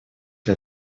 для